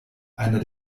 einer